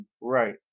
Right